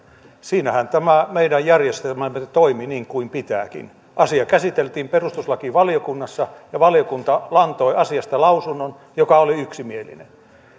siinähän tämä meidän järjestelmämme toimi niin kuin pitääkin asia käsiteltiin perustuslakivaliokunnassa ja valiokunta antoi asiasta lausunnon joka oli yksimielinen